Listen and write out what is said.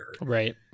right